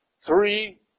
Three